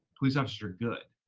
police officers are good.